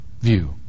view